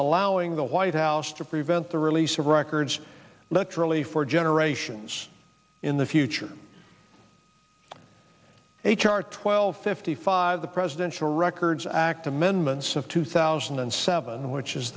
allowing the white house to prevent the release of records literally for generations in the future h r twelve fifty five the presidential records act amendments of two thousand and seven which is